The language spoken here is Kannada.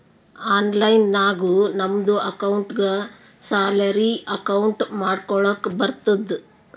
ಆನ್ಲೈನ್ ನಾಗು ನಮ್ದು ಅಕೌಂಟ್ಗ ಸ್ಯಾಲರಿ ಅಕೌಂಟ್ ಮಾಡ್ಕೊಳಕ್ ಬರ್ತುದ್